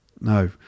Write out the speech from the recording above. No